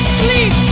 sleep